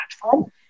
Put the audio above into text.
platform